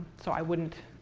so i wouldn't